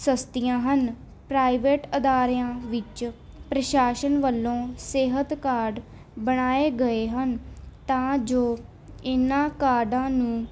ਸਸਤੀਆਂ ਹਨ ਪ੍ਰਾਈਵੇਟ ਅਦਾਰਿਆਂ ਵਿੱਚ ਪ੍ਰਸ਼ਾਸ਼ਨ ਵੱਲੋਂ ਸਿਹਤ ਕਾਰਡ ਬਣਾਏ ਗਏ ਹਨ ਤਾਂ ਜੋ ਇਨ੍ਹਾਂ ਕਾਰਡਾਂ ਨੂੰ